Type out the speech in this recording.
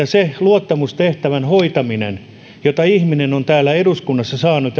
se luottamustehtävän hoitaminen jonka ihminen on täällä eduskunnassa saanut